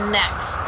next